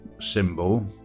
symbol